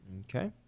Okay